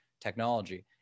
technology